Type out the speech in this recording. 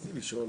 רציתי לשאול,